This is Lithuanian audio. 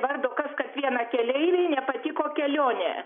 vardo kad vienai keleivei nepatiko kelionė